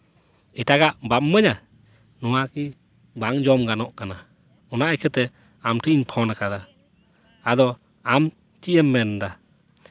ᱮᱴᱟᱜᱟᱜ ᱵᱟᱢ ᱤᱢᱟᱹᱧᱟ ᱱᱚᱣᱟ ᱠᱤ ᱵᱟᱝ ᱡᱚᱢ ᱜᱟᱱᱚᱜ ᱠᱟᱱᱟ ᱚᱱᱟ ᱤᱠᱷᱟᱹᱛᱮ ᱟᱢ ᱴᱷᱮᱱᱤᱧ ᱯᱷᱳᱱ ᱟᱠᱟᱫᱟ ᱟᱫᱚ ᱟᱢ ᱪᱮᱫ ᱮᱢ ᱢᱮᱱᱫᱟ